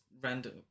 random